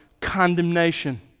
condemnation